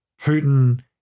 Putin